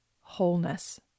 wholeness